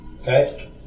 okay